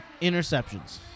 interceptions